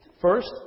First